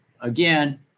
Again